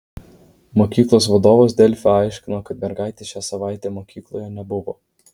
mokyklos vadovas delfi aiškino kad mergaitės šią savaitę mokykloje nebuvo